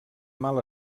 mal